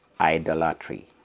idolatry